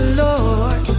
lord